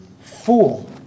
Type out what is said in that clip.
fool